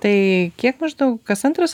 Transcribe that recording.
tai kiek maždaug kas antras